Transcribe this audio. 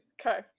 Okay